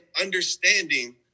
understanding